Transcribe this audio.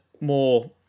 more